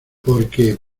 porque